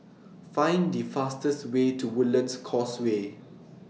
Find The fastest Way to Woodlands Causeway